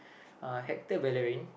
uh Hector-Bellerin